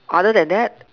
other than that